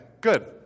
good